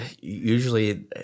usually